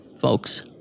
folks